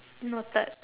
noted